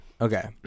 Okay